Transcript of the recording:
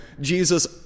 Jesus